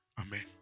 Amen